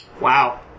Wow